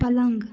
पलङ्ग